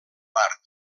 part